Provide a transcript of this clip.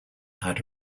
had